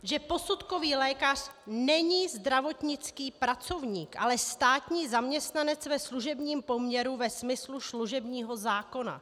že posudkový lékař není zdravotnický pracovník, ale státní zaměstnanec ve služebním poměru ve smyslu služebního zákona.